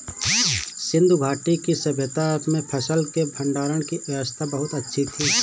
सिंधु घाटी की सभय्ता में फसल के भंडारण की व्यवस्था बहुत अच्छी थी